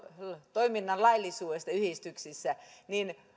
toiminnan laillisuudesta yhdistyksissä